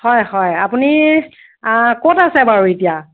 হয় হয় আপুনি ক'ত আছে বাৰু এতিয়া